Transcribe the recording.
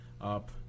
up